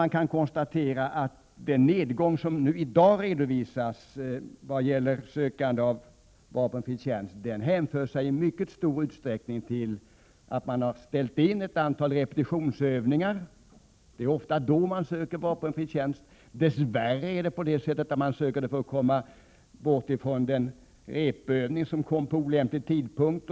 Man kan konstatera att den redovisade nedgången av antalet sökande till vapenfri tjänst hänför sig till ett mycket stort antal inställda repetitionsövningar, det är ofta då man söker vapenfri tjänst. Dessvärre söks vapenfri tjänst av den som vill slippa en repetitionsövning som kom vid olämplig tidpunkt.